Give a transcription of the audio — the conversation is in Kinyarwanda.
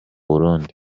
burundi